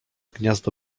gniazdo